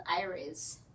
Iris